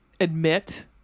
admit